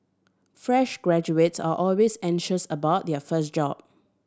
fresh graduates are always anxious about their first job